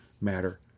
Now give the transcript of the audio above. matter